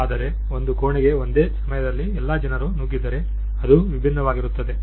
ಆದರೆ ಒಂದು ಕೋಣೆಗೆ ಒಂದೇ ಸಮಯದಲ್ಲಿ ಎಲ್ಲ ಜನರು ನುಗ್ಗಿದ್ದರೆ ಅದು ವಿಭಿನ್ನವಾಗಿರುತ್ತದೆ